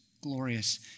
glorious